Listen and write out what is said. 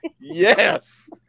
Yes